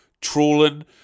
trolling